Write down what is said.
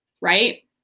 right